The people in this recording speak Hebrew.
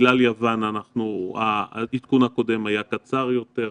בגלל יוון העדכון הקודם היה קצר יותר,